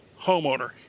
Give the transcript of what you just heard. homeowner